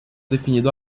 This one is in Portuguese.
definido